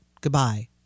goodbye